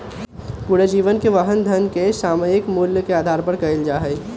पूरे जीवन के वहन धन के सामयिक मूल्य के आधार पर कइल जा हई